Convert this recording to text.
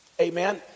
Amen